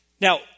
Now